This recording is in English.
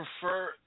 prefer